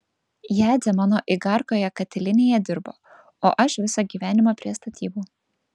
jadzė mano igarkoje katilinėje dirbo o aš visą gyvenimą prie statybų